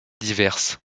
diverses